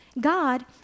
God